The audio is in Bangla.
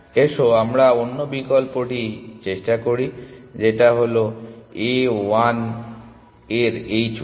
এসো আমরা অন্য বিকল্পটি চেষ্টা করি যেটা হলো A এর h 1